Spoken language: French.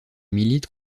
milite